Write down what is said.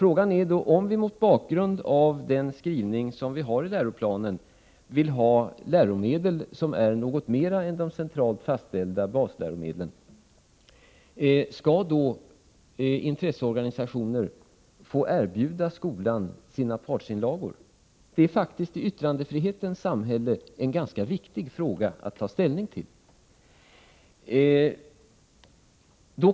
Frågan är om vi mot bakgrund av läroplanens skrivning vill ha läromedel vid sidan av de centralt fastställda. Skall intresseorganisationer få erbjuda skolan sina partsinlagor? Det är faktiskt i yttrandefrihetens samhälle en ganska viktig fråga att ta ställning till.